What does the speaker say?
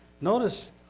notice